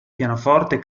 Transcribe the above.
pianoforte